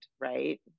Right